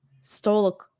stole